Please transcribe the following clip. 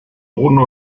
brunnen